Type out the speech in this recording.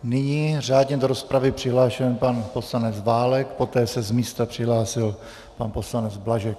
Nyní řádně do rozpravy přihlášený pan poslanec Válek, poté se z místa přihlásil pan poslanec Blažek.